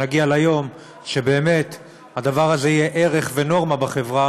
שנגיע ליום שבאמת הדבר הזה יהיה ערך ונורמה בחברה,